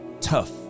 tough